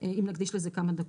אם נקדיש לזה כמה דקות.